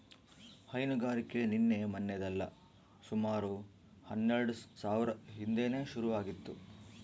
ಹೈನುಗಾರಿಕೆ ನಿನ್ನೆ ಮನ್ನೆದಲ್ಲ ಸುಮಾರು ಹನ್ನೆಲ್ಡು ಸಾವ್ರ ಹಿಂದೇನೆ ಶುರು ಆಗಿತ್ತು